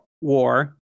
war